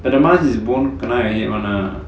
the mask is bomb kena like that [one] lah